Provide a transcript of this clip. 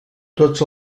tots